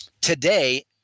today